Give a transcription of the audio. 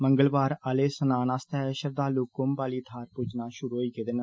मंगलवार आले स्नान आस्तै श्रद्वालु कुंभ आहली थाहर पुज्जना षुरु होई गे न